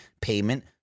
payment